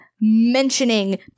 mentioning